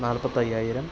നാൽപ്പത്തി അയ്യായിരം